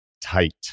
tight